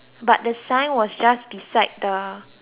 was just beside the